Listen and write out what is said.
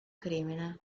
crimine